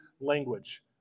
language